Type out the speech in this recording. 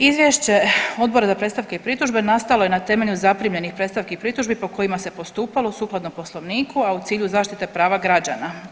Izvješće Odbora za predstavke i pritužbe nastalo je na temelju zaprimljenih predstavki i pritužbi po kojima se postupalo sukladno Poslovniku, a u cilju zaštite prava građana.